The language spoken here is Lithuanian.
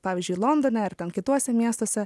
pavyzdžiui londone ir kituose miestuose